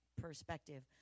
perspective